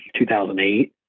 2008